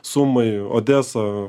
sumai odesa